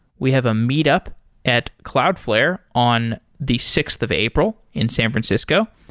we have a meet up at cloudflare on the sixth of april in san francisco,